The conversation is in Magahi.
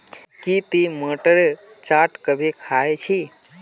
की टी मोठेर चाट कभी ख़या छि